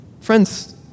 friends